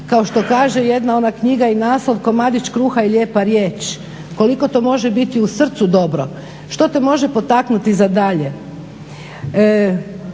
kao što kaže jedna ona knjiga i naslov "Komadić kruha i lijepa riječ." Koliko to može biti u srcu dobro? Što te može potaknuti za dalje?